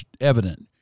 evident